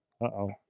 Uh-oh